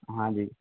हाँ जी